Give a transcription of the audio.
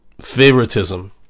favoritism